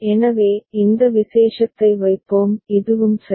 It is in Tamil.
எனவே இந்த விசேஷத்தை வைப்போம் இதுவும் சரி